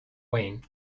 wayne